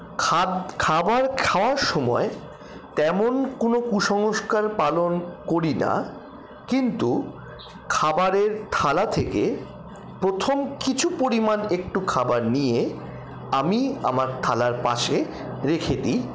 খাবার খাওয়ার সময় তেমন কোনও কুসংস্কার পালন করি না কিন্তু খাবারের থালা থেকে প্রথম কিছু পরিমাণ একটু খাবার নিয়ে আমি আমার থালার পাশে রেখে দিই